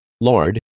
Lord